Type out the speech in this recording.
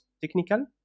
technical